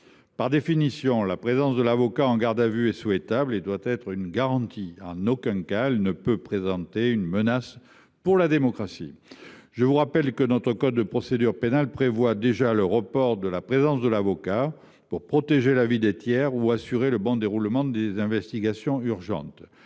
Par définition, la présence de l’avocat en garde à vue est souhaitable. Elle doit être garantie ; en aucun cas, elle ne peut représenter une menace pour la démocratie. Le code de procédure pénale prévoit déjà le report de la présence de l’avocat pour protéger la vie des tiers ou assurer le bon déroulement des investigations urgentes.